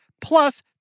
plus